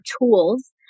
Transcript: tools